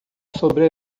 sobre